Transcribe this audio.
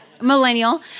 millennial